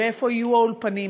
איפה יהיו האולפנים,